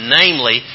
namely